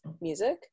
music